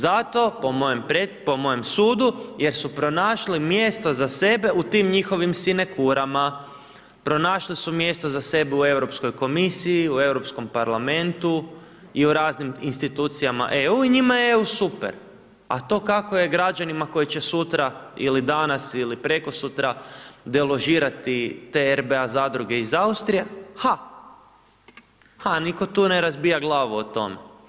Zato, po mojem sudu, jer su pronašli mjesto za sebe u tim njihovim sinekurama, pronašli su mjesto za sebe u Europskoj komisiji, u Europskom parlamentu i u raznim institucijama EU i njima je EU super, a to kako je građanima koje će sutra ili danas ili prekosutra deložirati te RBA zadruge iz Austrije, ha, ha nitko tu ne razbija glavu o tom.